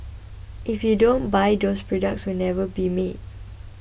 if you don't buy those products will never be made